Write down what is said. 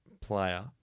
player